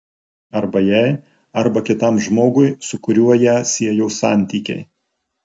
arba jai arba kitam žmogui su kuriuo ją siejo santykiai